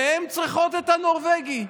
והן צריכות את הנורבגי.